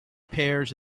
pears